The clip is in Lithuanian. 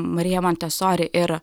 marija montesori ir